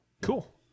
Cool